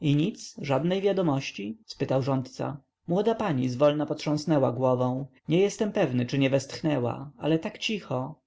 i nic żadnej wiadomości spytał rządca młoda pani zwolna potrząsnęła głową nie jestem pewny czy nie westchnęła ale tak cicho